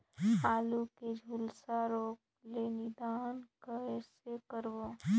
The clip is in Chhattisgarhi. आलू के झुलसा रोग ले निदान कइसे करबो?